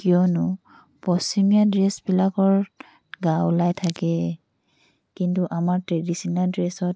কিয়নো পশ্চিমীয়া ড্ৰেছবিলাকৰ গা ওলাই থাকে কিন্তু আমাৰ ট্ৰেডিশ্যনেল ড্ৰেছত